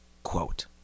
Quote